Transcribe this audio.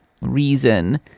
reason